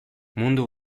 mundu